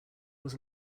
was